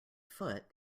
foot